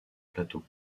plateau